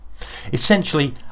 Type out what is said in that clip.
Essentially